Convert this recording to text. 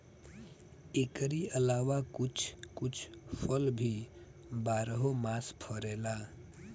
एकरी अलावा कुछ कुछ फल भी बारहो मास फरेला